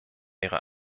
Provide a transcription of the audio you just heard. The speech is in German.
ihrer